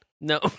No